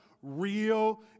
Real